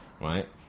right